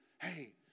Hey